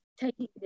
Taking